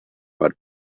but